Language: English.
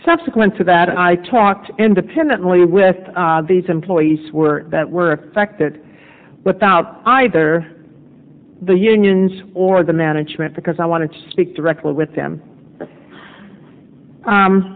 subsequent to that i talked independently of with these employees were that were affected without either the unions or the management because i wanted to speak directly with them